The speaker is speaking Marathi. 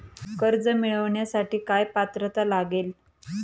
कर्ज मिळवण्यासाठी काय पात्रता लागेल?